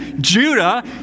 Judah